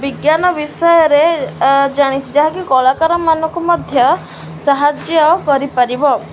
ବିଜ୍ଞାନ ବିଷୟରେ ଜାଣିଛି ଯାହାକି କଳାକାରମାନଙ୍କୁ ମଧ୍ୟ ସାହାଯ୍ୟ କରିପାରିବ